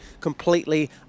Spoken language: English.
completely